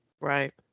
right